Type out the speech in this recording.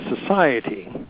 society